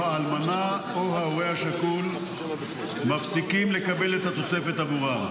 האלמנה או ההורה השכול מפסיקים לקבל את התוספת עבורם.